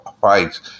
fights